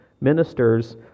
ministers